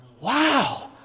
Wow